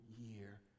year